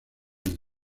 isla